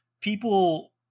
people